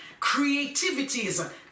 creativities